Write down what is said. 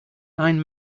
nine